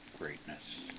greatness